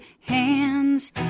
hands